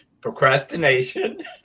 procrastination